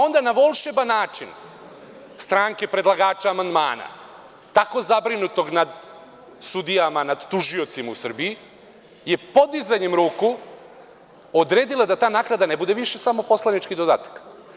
Onda, na volšeban način, stranke predlagača amandmana, tako zabrinutog nad sudijama, nad tužiocima u Srbiji, je podizanjem ruku odredila da ta naknada ne bude više samo poslanički dodatak.